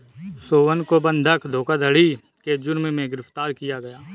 सोहन को बंधक धोखाधड़ी के जुर्म में गिरफ्तार किया गया